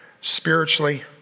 spiritually